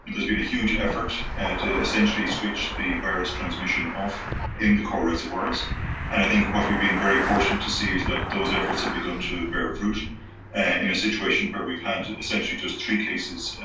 there's been a huge effort and to essentially switch the virus transmission off in the core reservoirs, and i think what we've been very fortunate to see is that those efforts have begun to bear fruit in a situation where we've had essentially just three cases,